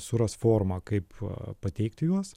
suras formą kaip pateikti juos